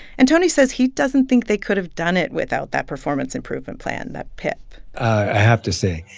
and tony says he doesn't think they could've done it without that performance improvement plan, that pip i have to say,